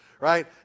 right